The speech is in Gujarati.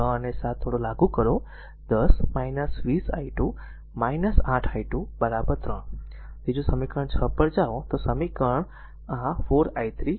6 અને 7 થોડો લાગુ કરો 10 20 i2 8 i2 3 તેથી જો સમીકરણ 6 પર જાઓ તો આ સમીકરણ r આ 4 i3 8 i2 3